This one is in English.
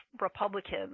Republicans